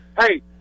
hey